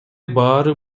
баары